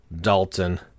Dalton